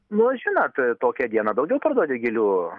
nu žinot tokią dieną daugiau parduoti gėlių